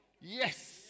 Yes